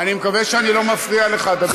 אני מקווה שאני לא מפריע לך, דוד ביטן.